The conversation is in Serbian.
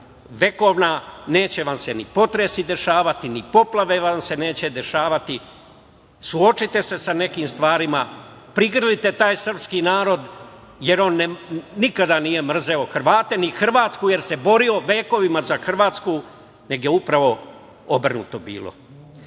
vekovna. Neće vam se ni potresi dešavati, ni poplave. Suočite se sa nekim stvarima. Prigrlite taj srpski narod, jer on nikada nije mrzeo Hrvate, ni Hrvatsku, jer se borio vekovima za Hrvatsku, nego je upravo obrnuto bilo. Dok